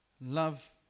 love